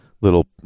little